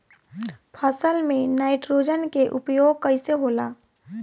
फसल में नाइट्रोजन के उपयोग कइसे होला?